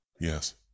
Yes